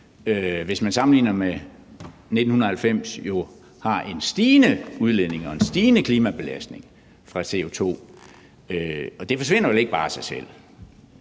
hvis vi sammenligner med 1990, har en stigende udledning og en stigende klimabelastning fra CO2. Det forsvinder vel ikke bare af sig selv.